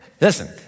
Listen